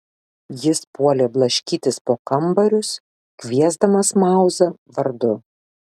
jis puolė blaškytis po kambarius kviesdamas mauzą vardu